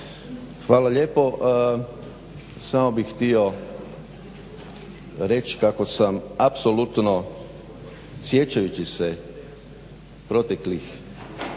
Hvala lijepo. Samo bih htio reći kako sam apsolutno sjećajući se proteklih